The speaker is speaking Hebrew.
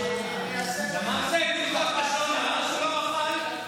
למדת על הלכות לשון הרע של אור החיים?